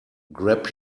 grab